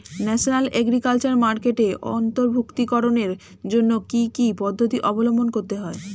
National agriculture মার্কেটে অন্তর্ভুক্তিকরণের জন্য কি কি পদ্ধতি অবলম্বন করতে হয়?